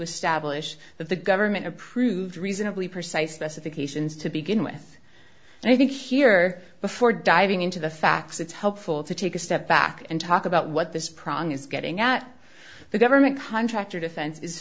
establish that the government approved reasonably precise specifications to begin with and i think here before diving into the facts it's helpful to take a step back and talk about what this problem is getting at the government contractor defense is